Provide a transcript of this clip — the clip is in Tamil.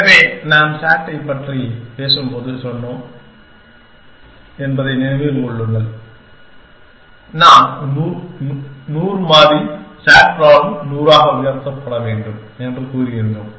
எனவே நாம் SAT ஐப் பற்றி பேசும்போது சொன்னோம் என்பதை நினைவில் கொள்ளுங்கள் நாம் 100 மாறி SAT ப்ராப்ளம் 100 ஆக உயர்த்தப்பட வேண்டும் என்று கூறியிருந்தோம்